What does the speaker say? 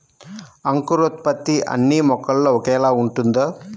అంకురోత్పత్తి అన్నీ మొక్కలో ఒకేలా ఉంటుందా?